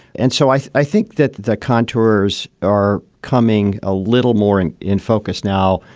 and so i i think that the contours are coming a little more in in focus now,